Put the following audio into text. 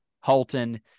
Halton